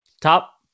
Top